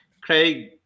Craig